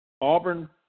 Auburn